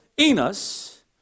Enos